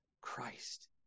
Christ